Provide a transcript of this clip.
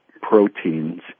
proteins